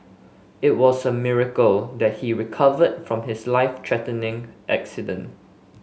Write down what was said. it was a miracle that he recovered from his life threatening accident